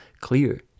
clear